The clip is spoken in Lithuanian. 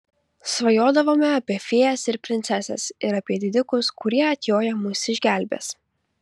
svajodavome apie fėjas ir princeses ir apie didikus kurie atjoję mus išgelbės